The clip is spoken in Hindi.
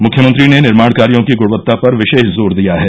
मुख्यमंत्री ने निर्माण कार्यो की ग्णवत्ता पर विशेष जोर दिया है